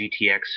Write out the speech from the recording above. GTX